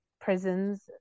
prisons